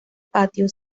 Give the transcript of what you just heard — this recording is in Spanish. patio